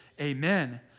Amen